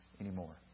anymore